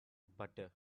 butter